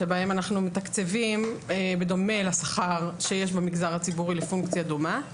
שבהן אנחנו מתקצבים בדומה לשכר שיש לפונקציה דומה במגזר הציבורי.